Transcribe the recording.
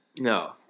No